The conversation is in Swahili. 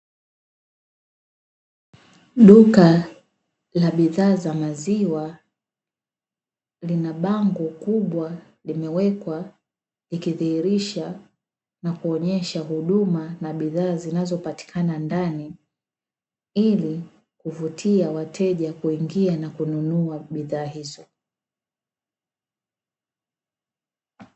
Duka la bidhaa za maziwa lina bango kubwa limewekwa, ikidhihirisha na kuonyesha huduma na bidhaa zinazopatikana ndani, ili kuvutia wateja kuingia na kununua bidhaa hizo.